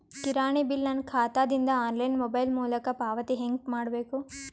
ಕಿರಾಣಿ ಬಿಲ್ ನನ್ನ ಖಾತಾ ದಿಂದ ಆನ್ಲೈನ್ ಮೊಬೈಲ್ ಮೊಲಕ ಪಾವತಿ ಹೆಂಗ್ ಮಾಡಬೇಕು?